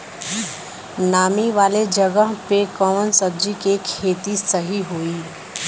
नामी वाले जगह पे कवन सब्जी के खेती सही होई?